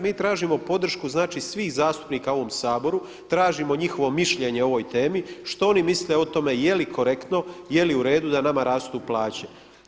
Mi tražimo podršku svih zastupnika u ovom Saboru, tražimo njihovo mišljenje o ovoj temi, što oni misle o tome jeli korektno, jeli uredu da nama rastu plaće.